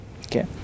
Okay